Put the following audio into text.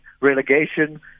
relegation